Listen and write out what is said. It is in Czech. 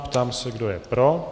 Ptám se, kdo je pro.